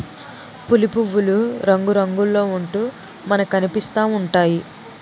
పులి పువ్వులు రంగురంగుల్లో ఉంటూ మనకనిపిస్తా ఉంటాయి